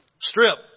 strip